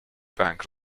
bank